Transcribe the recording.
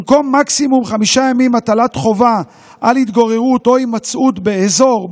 במקום מקסימום 5 ימים הטלת חובה על התגוררות או הימצאות באזור,